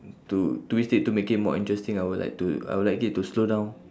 to twist it to make it more interesting I would like to I would like it to slow down